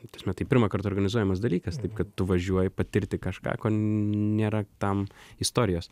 ta prasme tai pirmąkart organizuojamas dalykas taip kad tu važiuoji patirti kažką ko nėra tam istorijos